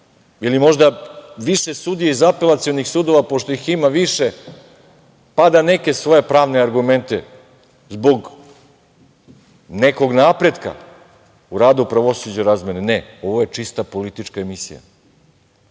ili možda više sudija iz apelacionih sudova pošto ih ima više, pa da neke svoje pravne argumente zbog nekog napretka u radu pravosuđa razmeni, ne, ovo je čista politička emisija